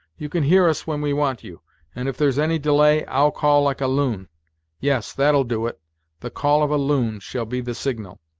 you can hear us when we want you and if there's any delay, i'll call like a loon yes, that'll do it the call of a loon shall be the signal.